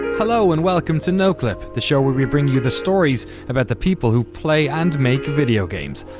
hello and welcome to noclip, the show where we bring you the stories about the people who play and make video games.